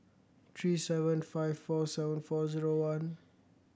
three seven five four seven four zero one